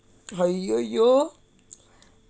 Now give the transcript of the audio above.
!aiyoyo!